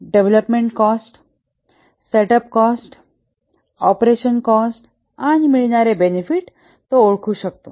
development cost setup cost operation cost आणि मिळणारे benefit ओळखू शकतो